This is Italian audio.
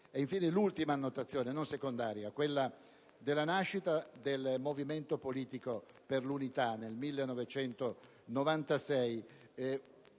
Infine, l'ultima annotazione, non secondaria, riguarda la nascita del Movimento politico per l'unità, nel 1996,